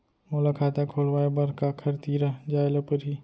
मोला खाता खोलवाय बर काखर तिरा जाय ल परही?